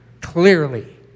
clearly